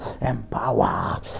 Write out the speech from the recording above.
empower